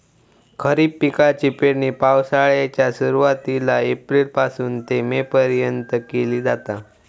खरीप पिकाची पेरणी पावसाळ्याच्या सुरुवातीला एप्रिल पासून ते मे पर्यंत केली जाता